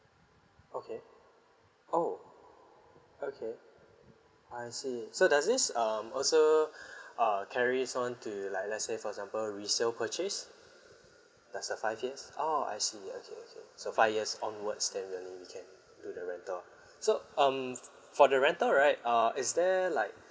okay oh okay I see so does this um also uh carries on to like let's say for example resale purchase that's a five years oh I see okay okay so five years onwards then only we can do the rental so um for the rental right err is there like